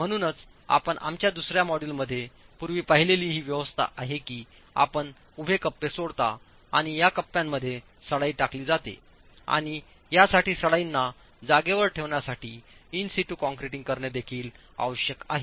म्हणूनच आपण आमच्या दुसर्या मॉड्यूलमध्ये पूर्वी पाहिलेली ही व्यवस्था आहे की आपण उभे कप्पे सोडता आणि या कप्प्यांमध्ये सळई टाकली जाते आणि यासाठी सळईना जागेवर ठेवण्यासाठी इन सीटू कॉन्ट्रेटींग करणे देखील आवश्यक आहे